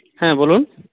হ্যাঁ বলুন